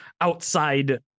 outside